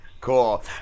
Cool